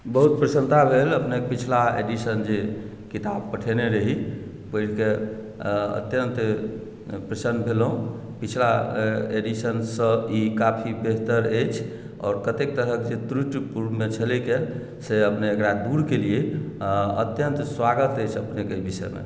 बहुत प्रसन्नता भेल अपनेकेँ पिछला एडिशन जे किताब पठेने रही पढ़िकेँ अत्यन्त प्रसन्न भेलहुँ पिछला एडिशन सँ ई काफी बेहतर अछि आओर कतेक तरहके जे त्रुटि पुर्वमे छलैक से अपने एकरा दूर केलियै अत्यन्त स्वागत अछि अपनेके एहि विषयमे